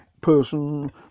person